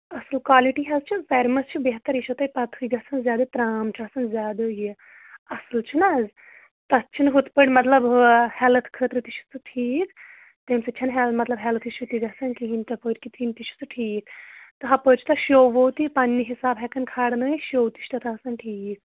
اَصٕل کالٹی حظ چھُ سارِ منٛز چھِ بہتر یہِ چھو تۄہہِ پَتَہٕے گژھن زیادٕ ترٛام چھُ آسن زیادٕ یہِ اَصٕل چھُنَہ حظ تَتھ چھِنہٕ ہُتھ پٲٹھۍ مطلب ہُہ ہٮ۪لٕتھ خٲطرٕ تہِ چھُ سُہ ٹھیٖک تَمہِ سۭتۍ چھَنہٕ ہیل مطلب ہٮ۪لٕتھ اِشوٗ تہِ گژھن کِہیٖنۍ تَپٲرۍ کہِ تِم تہِ چھُ سُہ ٹھیٖک تہٕ ہُپٲرۍ چھُ تَتھ شو وو تہِ پَننہِ حِساب ہٮ۪کَن کھالنٲیِتھ شو تہِ چھِ تَتھ آسان ٹھیٖک